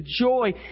joy